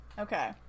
Okay